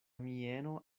mieno